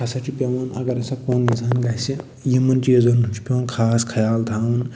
ہسا چھُ پٮ۪وان اَگر ہسا کُن زَن گژھِ یِمَن چیٖزَن ہُنٛد چھُ پٮ۪وان خاص خیال تھاوُن